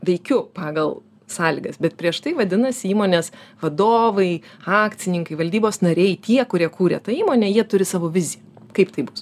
veikiu pagal sąlygas bet prieš tai vadinasi įmonės vadovai akcininkai valdybos nariai tie kurie kūrė tą įmonę jie turi savo viziją kaip tai bus